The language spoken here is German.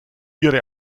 ihre